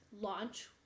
launch